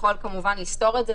יכול כמובן לסתור את זה.